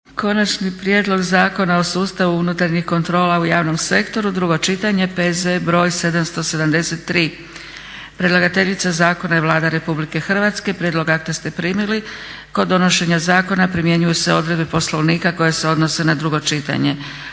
Konačni prijedlog Zakona o o sustavu unutarnjih kontrola u javnom sektoru, drugo čitanje, P.Z. br. 773; Predlagateljica zakona je Vlada Republike Hrvatske. Prijedlog akta ste primili. Kod donošenja zakona primjenjuju se odredbe Poslovnika koje se odnose na drugo čitanje.